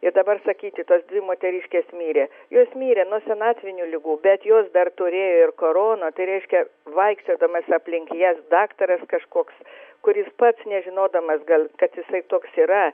ir dabar sakyti tos dvi moteriškės mirė jos mirė nuo senatvinių ligų bet jos dar turėjo ir koroną tai reiškia vaikščiodamas aplink jas daktaras kažkoks kuris pats nežinodamas gal kad jisai toks yra